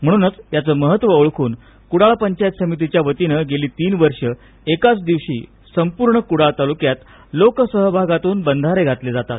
म्हणूनच याच महत्व ओळखून क्डाळ पंचायत समितीच्या वतीने गेली तीन वर्ष एकाच दिवशी संपूर्ण कूडाळ तालुक्यात लोकसहभागातून बंधारे घातले जातात